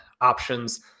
options